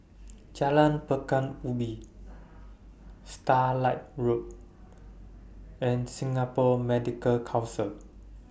Jalan Pekan Ubin Starlight Road and Singapore Medical Council